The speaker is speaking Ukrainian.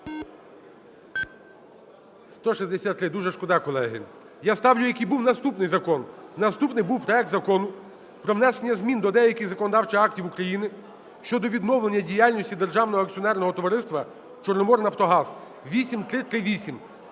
163. Дуже шкода, колеги. Я ставлю, який був наступний закон. Наступний був проект Закону про внесення змін до деяких законодавчих актів щодо відновлення діяльності Державного акціонерного товариства "Чорноморнафтогаз" (8338).